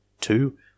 Two